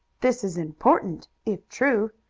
this is important, if true.